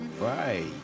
right